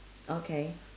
okay